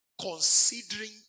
considering